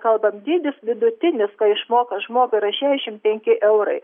kalbant dydis vidutinis ką išmoka žmogui yra šešiasdešimt penki eurai